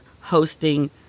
hosting